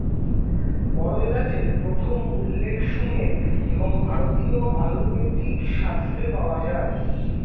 বড় এলাচের প্রথম উল্লেখ সুমের এবং ভারতীয় আয়ুর্বেদিক শাস্ত্রে পাওয়া যায়